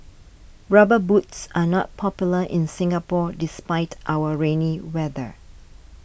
rubber boots are not popular in Singapore despite our rainy weather